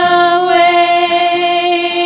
away